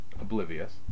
oblivious